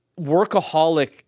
workaholic